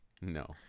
No